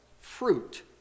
fruit